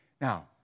Now